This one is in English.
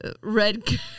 red